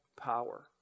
power